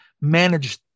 manage